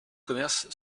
commerce